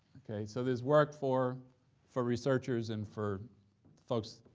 okay? so there's work for for researchers and for folks